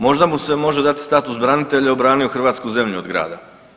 Možda mu se može dati status branitelja, obranio je hrvatsku zemlju od grada.